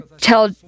tell